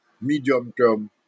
medium-term